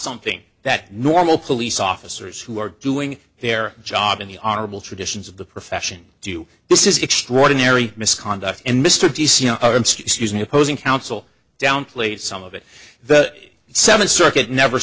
something that normal police officers who are doing their job in the honorable traditions of the profession do this is extraordinary misconduct and mr de opposing counsel downplayed some of it the seventh circuit never